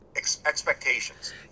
expectations